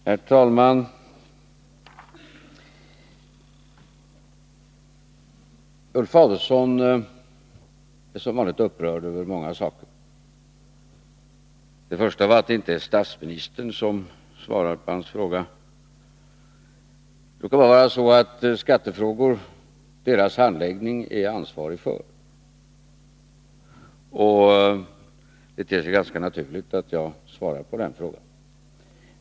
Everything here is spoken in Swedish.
Herr talman! Ulf Adelsohn är som vanligt upprörd över många saker. Den första gäller att det inte är statsministern som svarar på hans fråga. Men det råkar vara så att jag är ansvarig för skattefrågor och handläggningen av dessa. Det ter sig därför ganska naturligt att jag svarar på en fråga i det sammanhanget.